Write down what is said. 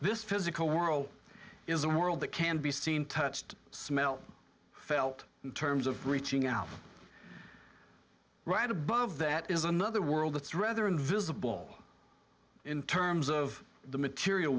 this physical world is a world that can be seen touched smelt felt in terms of reaching out right above that is another world that's rather invisible in terms of the material